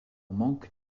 manque